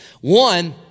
One